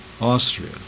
Austria